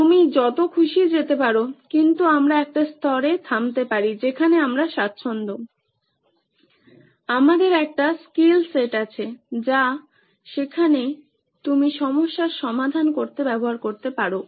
তুমি যত খুশি যেতে পারো কিন্তু আমরা একটা স্তরে থামতে পারি যেখানে আমরা স্বাচ্ছন্দ আমাদের একটি স্কিল সেট আছে যা সেখানে তুমি সমস্যার সমাধান করতে ব্যবহার করতে পারো